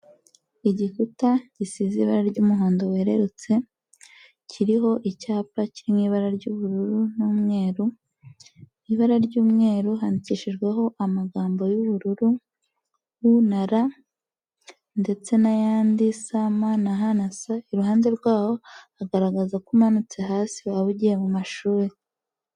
Igikuta gisize ibara ry'umuhondo werererutse kiriho icyapa kiri mu ibara ry'ubururu n'umweru, ibara ry'umweru handikishijweho amagambo y'ubururu U na R ndetse n'ayandi SMH na S iruhande rwaho hagaragaza ko umanutse hasi waba ugiye mu mashuri.